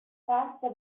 faster